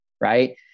right